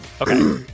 okay